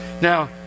Now